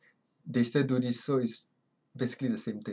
they still do this so it's basically the same thing